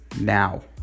now